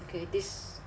okay this